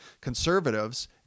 Conservatives